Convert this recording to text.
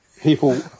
people